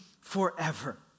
forever